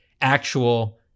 actual